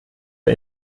der